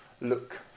look